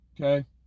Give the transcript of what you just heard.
Okay